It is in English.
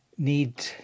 need